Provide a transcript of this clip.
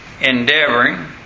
endeavoring